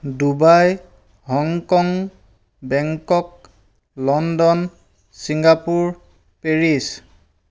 Dubai Hong Kong Bangkok London Singapore Paris